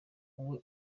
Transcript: wowe